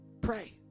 pray